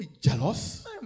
Jealous